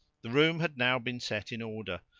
the room had now been set in order,